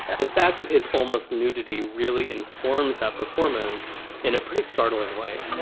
the fact of his almost nudity really informs that performance in a pretty startling way i